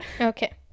Okay